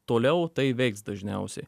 toliau tai veiks dažniausiai